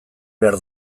behar